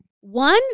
One